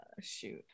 Shoot